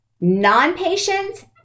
non-patients